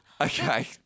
Okay